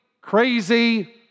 crazy